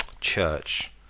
church